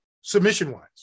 submission-wise